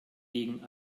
gegen